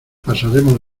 pasaremos